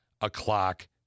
o'clock